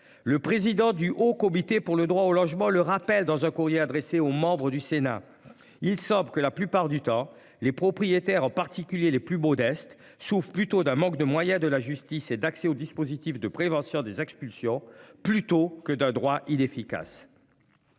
Le président du Haut comité pour le droit au logement, le rappelle dans un courrier adressé aux membres du Sénat. Il semble que la plupart du temps les propriétaires en particulier les plus modestes souffrent plutôt d'un manque de moyens de la justice et d'accès au dispositif de prévention des expulsions. Plutôt que d'un droit inefficace.